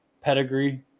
pedigree